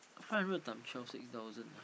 five hundred times twelve six thousand